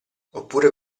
oppure